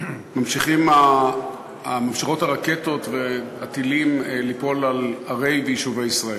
ממשיכים הרקטות והטילים ליפול על ערי ויישובי ישראל.